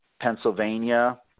Pennsylvania